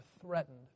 threatened